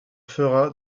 fera